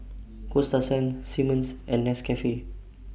Coasta Sands Simmons and Nescafe